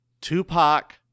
Tupac